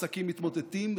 עסקים מתמוטטים,